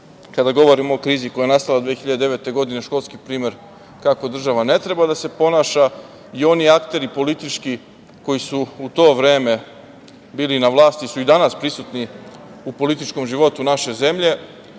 kada govorimo o krizi koja je nastala 2009. godine, školski primer kako država ne treba da se ponaša i oni akteri politički koji su u to vreme bili na vlasti su i danas prisutni u političkom životu naše zemlje. Neke